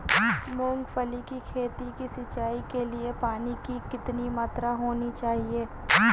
मूंगफली की खेती की सिंचाई के लिए पानी की कितनी मात्रा होनी चाहिए?